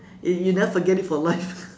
you you never forget it for life